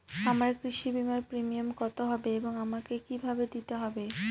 আমার কৃষি বিমার প্রিমিয়াম কত হবে এবং আমাকে কি ভাবে দিতে হবে?